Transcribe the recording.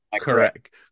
Correct